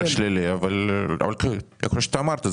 במדד שלילי אבל כמו שאתה אמרת,